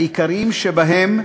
העיקריים שבהם: